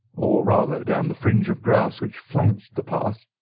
or rather down the fringe of grass which flanked the path,